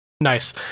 Nice